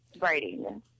writing